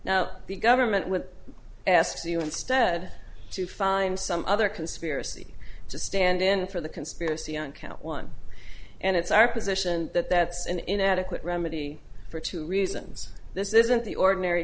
now the government will ask for you instead to find some other conspiracy to stand in for the conspiracy on count one and it's our position that that's an inadequate remedy for two reasons this isn't the ordinary